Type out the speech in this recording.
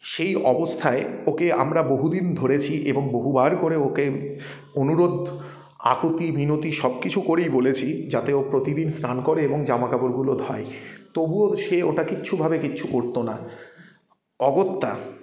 সেই অবস্থায় ওকে আমরা বহুদিন ধরেছি এবং বহুবার করে ওকে অনুরোধ আকুতি মিনতি সব কিছু করেই বলেছি যাতে ও প্রতিদিন স্নান করে এবং জামা কাপড়গুলো ধোয় তবুও সে ওটা কিচ্ছুভাবে কিচ্ছু করতো না অগত্যা